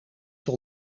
wil